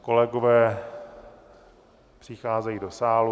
Kolegové přicházejí do sálu.